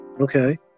okay